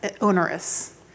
onerous